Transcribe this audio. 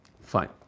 Fine